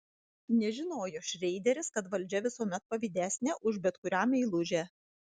nežinojo šreideris kad valdžia visuomet pavydesnė už bet kurią meilužę